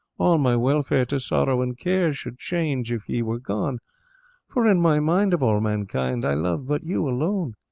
all my welfare to sorrow and care should change, if ye were gone for, in my mind, of all mankind i love but you alone.